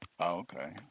Okay